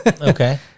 Okay